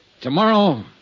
Tomorrow